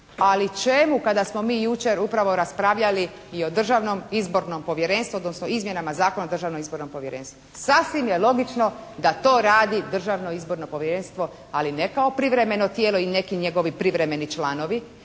Ali čemu kada smo mi jučer upravo raspravljali i o Državnom izbornom povjerenstvu odnosno o izmjenama Zakona o Državnom izbornom povjerenstvu. Sasvim je logično da to radi Državno izborno povjerenstvo ali ne kao privremeno tijelo ili neki njegovi privremeni članovi